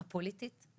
הפוליטית.